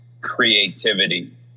creativity